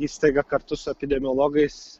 įstaiga kartu su epidemiologais